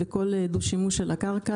וכל דו-שימוש של הקרקע.